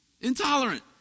Intolerant